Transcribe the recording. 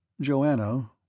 Joanna